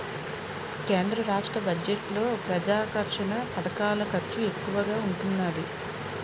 కేంద్ర రాష్ట్ర బడ్జెట్లలో ప్రజాకర్షక పధకాల ఖర్చు ఎక్కువగా ఉంటున్నాది